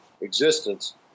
existence